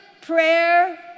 prayer